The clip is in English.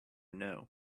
know